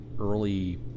early